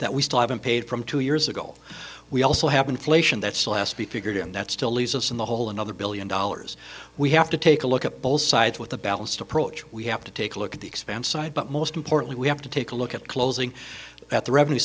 that we still haven't paid from two years ago we also have inflation that's last be figured and that still leaves us in the hole another billion dollars we have to take a look at both sides with a balanced approach we have to take a look at the expense side but most importantly we have to take a look at closing at the revenue